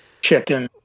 Chicken